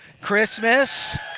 Christmas